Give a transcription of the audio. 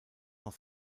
noch